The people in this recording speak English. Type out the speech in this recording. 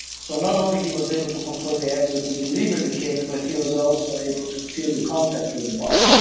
so not only he was able to control the exo to deliver the kick but he was also able to feel the contact with the ball.